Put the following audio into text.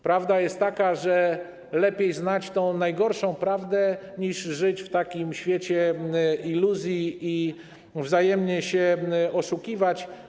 Prawda jest taka, że lepiej znać tę najgorszą prawdę, niż żyć w świecie iluzji i wzajemnie się oszukiwać.